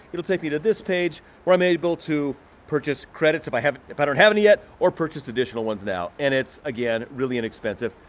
it'll take me to this page where i'm able to purchase credits if i haven't, if i don't have any yet, or purchase additional ones now and it's, again, really inexpensive.